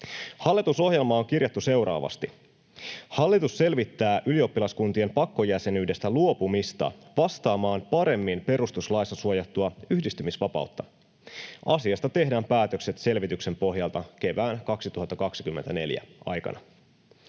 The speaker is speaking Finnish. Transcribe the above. Hallitusohjelmaan on kirjattu seuraavasti: ”Hallitus selvittää ylioppilaskuntien pakkojäsenyydestä luopumista vastaamaan paremmin perustuslaissa suojattua yhdistymisvapautta. Asiasta tehdään päätökset selvityksen pohjalta kevään 2024 aikana.”